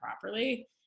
properly